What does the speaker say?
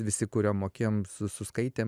visi kuriom mokėjom su suskaitėm